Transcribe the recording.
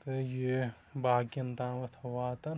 تہٕ یہِ باقین تامَتھ واتان